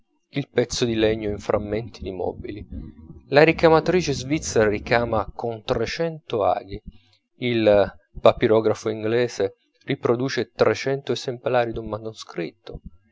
il pezzo di legno in frammenti di mobili la ricamatrice svizzera ricama con trecento aghi il papirografo inglese riproduce trecento esemplari d'un manoscritto